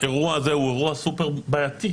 האירוע הזה הוא אירוע סופר בעייתי.